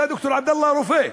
אתה, ד"ר עבדאללה, רופא.